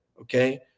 Okay